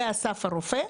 באסף הרופא.